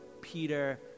Peter